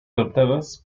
adaptadas